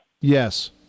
Yes